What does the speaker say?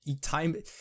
time